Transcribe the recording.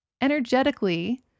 energetically